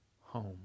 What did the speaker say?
home